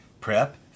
Prep